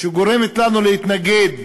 שגורמת לנו להתנגד